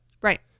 Right